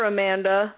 Amanda